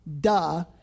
Duh